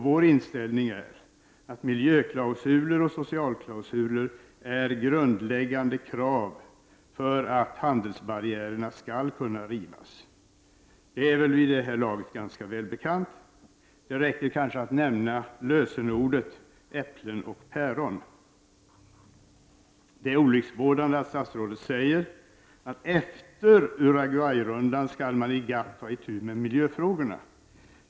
Vår inställning, att miljöklausuler och socialklausuler är ett grundläggande krav för att handelsbarriärerna skall kunna rivas, är väl vid det här laget välbekant. Det räcker kanske att nämna lösenorden — äpplen och päron. Det är olycksbådande att statsrådet säger att efter Uruguayrundan skall man i GATT ta itu med miljöfrågorna.